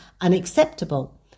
unacceptable